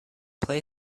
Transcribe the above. play